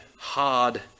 hard